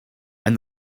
and